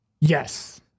Yes